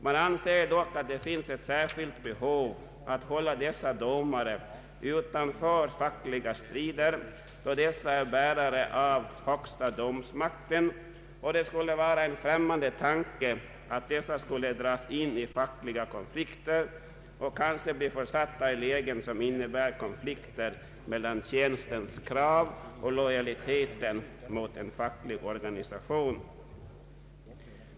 Man anser dock att det finns ett särskilt behov att hålla dessa domare utanför fackliga strider, då de är bärare av högsta domsmakten och det skulle vara en främmande tanke att de skulle dras in i fackliga konflikter och kanske bli försatta i lägen som innebär konflikter mellan tjänstens krav och lojaliteten mot en facklig organisation.